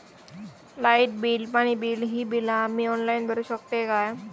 Light bill, पाणी bill, ही बिला आम्ही ऑनलाइन भरू शकतय का?